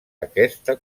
aquesta